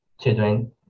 children